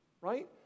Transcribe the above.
Right